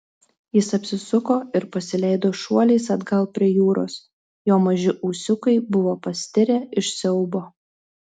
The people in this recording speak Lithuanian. jis apsisuko ir pasileido šuoliais atgal prie jūros jo maži ūsiukai buvo pastirę iš siaubo